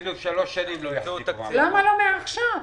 למה לא מעכשיו?